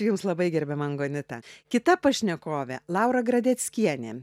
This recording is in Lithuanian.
jums labai gerbiama angonita kita pašnekovė laura gradeckienė